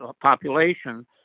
population